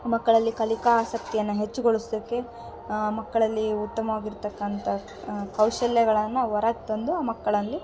ಮಕ್ಕಳಲ್ಲಿ ಕಲಿಕಾ ಆಸಕ್ತಿಯನ್ನು ಹೆಚ್ಚುಗೊಳ್ಸೋಕೆ ಮಕ್ಕಳಲ್ಲಿ ಉತ್ತಮ್ವಾಗಿರ್ತಕ್ಕಂಥ ಕೌಶಲ್ಯಗಳನ್ನು ವರ ತಂದು ಮಕ್ಕಳಲ್ಲಿ